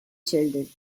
children